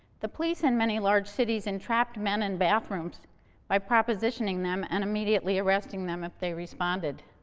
the police in many large cities entrapped men in bathrooms by propositioning them and immediately arresting them if they responded.